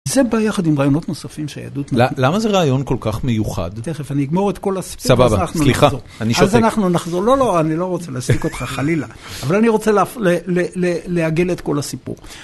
זה ביחד עם רעיונות נוספים שהיהדות נתנה. למה זה רעיון כל כך מיוחד? תכף, אני אגמור את כל הסיפור. סבבה, סליחה, אני שותק. לא, לא, אני לא רוצה להשתיק אותך חלילה. אבל אני רוצה לעגל את כל הסיפור.